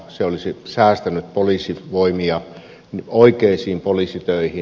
se olisi säästänyt poliisin voimia oikeisiin poliisitöihin